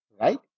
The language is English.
right